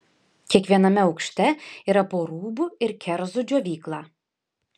kiekviename aukšte yra po rūbų ir kerzų džiovyklą